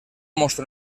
mostra